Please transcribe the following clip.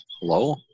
Hello